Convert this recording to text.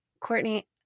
Courtney